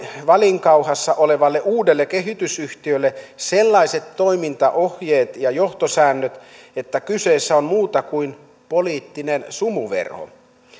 valinkauhassa olevalle uudelle kehitysyhtiölle sellaiset toimintaohjeet ja johtosäännöt että kyseessä on muuta kuin poliittinen sumuverho